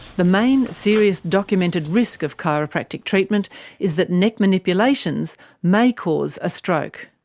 the main serious documented risk of chiropractic treatment is that neck manipulations may cause a stroke.